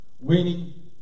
Winning